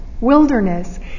wilderness